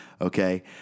okay